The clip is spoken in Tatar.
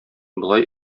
болай